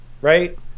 right